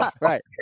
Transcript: Right